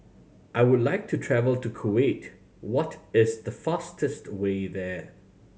I would like to travel to Kuwait what is the fastest way there